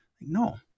No